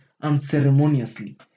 unceremoniously